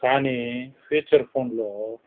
కానీ ఫీచర్ ఫోన్లో